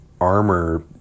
armor